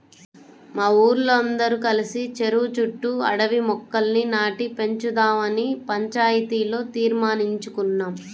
మా ఊరోల్లందరం కలిసి చెరువు చుట్టూ అడవి మొక్కల్ని నాటి పెంచుదావని పంచాయతీలో తీర్మానించేసుకున్నాం